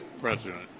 president